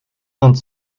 vingt